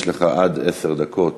יש לך עד עשר דקות